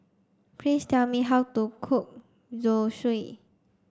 please tell me how to cook Zosui